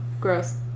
gross